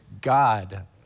God